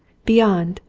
beyond,